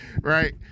Right